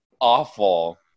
awful